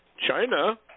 China